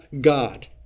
God